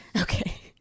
Okay